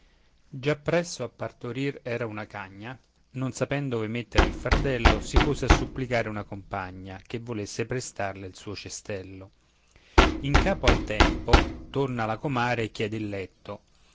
già presso a partorir era una cagna non sapendo ove mettere il fardello si pose a supplicare una compagna che volesse prestarle il suo casello in capo al tempo torna la comare e chiede il letto